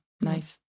nice